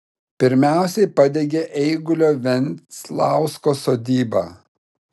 pirmiausiai padegė eigulio venslausko sodybą